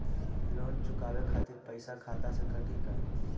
Loan चुकावे खातिर पईसा खाता से कटी का?